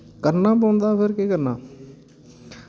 करना पौंदा फिर केह् करना